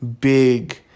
big